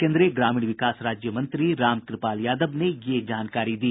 केन्द्रीय ग्रामीण विकास राज्यमंत्री रामकृपाल यादव ने यह जानकारी दी